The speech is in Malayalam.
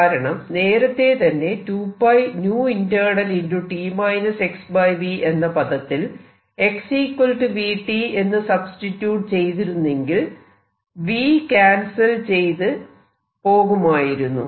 കാരണം നേരത്തെതന്നെ 2πinternalt xv എന്ന പദത്തിൽ x vt എന്ന് സബ്സ്റ്റിട്യൂട് ചെയ്തിരുന്നെങ്കിൽ v ക്യാൻസൽ ചെയ്തു പോകുമായിരുന്നു